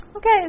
Okay